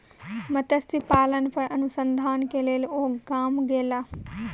मत्स्य पालन पर अनुसंधान के लेल ओ गाम गेला